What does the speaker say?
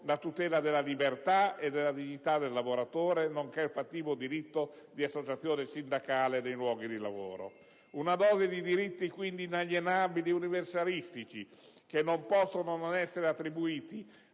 la tutela della libertà e della dignità del lavoratore, nonché il fattivo diritto di associazione sindacale nei luoghi di lavoro. Una dose di diritti, quindi, inalienabili ed universalistici, che non possono non essere attribuiti